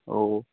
औ